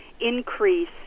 increase